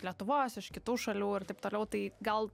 lietuvos iš kitų šalių ir taip toliau tai gal